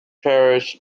parish